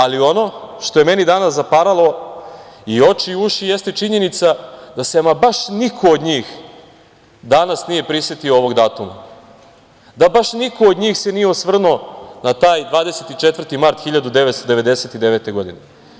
Ali, ono što je meni danas zapralo i oči i uši jeste činjenica da se ama baš niko od njih danas nije prisetio ovog datuma, da baš niko od njih se nije osvrnuo na taj 24. mart 1999. godine.